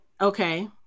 Okay